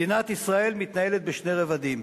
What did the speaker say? מדינת ישראל מתנהלת בשני רבדים.